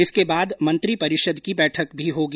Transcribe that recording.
इसके बाद मंत्री परिषद की बैठक भी होगी